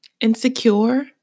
Insecure